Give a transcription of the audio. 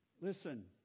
Listen